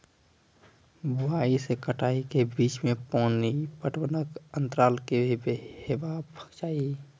बुआई से कटाई के बीच मे पानि पटबनक अन्तराल की हेबाक चाही?